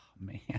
man